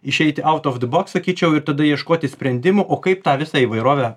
išeiti aut of di boks sakyčiau ir tada ieškoti sprendimų o kaip tą visą įvairovę